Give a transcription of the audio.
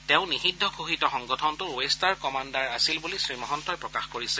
তেওঁ নিযিদ্ধ ঘোষিত সংগঠনটোৰ ৱেটাৰ্ণ কমাণ্ডৰ কমাণ্ডাৰ আছিল বুলি শ্ৰীমহন্তই প্ৰকাশ কৰিছে